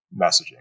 messaging